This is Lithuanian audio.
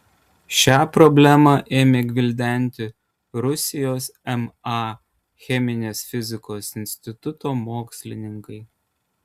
šią problemą ėmė gvildenti rusijos ma cheminės fizikos instituto mokslininkai